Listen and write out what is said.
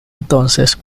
entonces